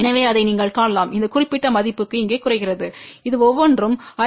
எனவே அதை நீங்கள் காணலாம் இந்த குறிப்பிட்ட மதிப்புக்கு இங்கே குறைகிறது இது ஒவ்வொன்றும் 5 dB